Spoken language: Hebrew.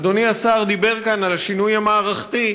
אדוני השר דיבר כאן על השינוי המערכתי,